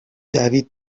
دوید